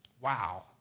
Wow